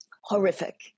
horrific